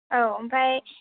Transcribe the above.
औ ओमफ्राय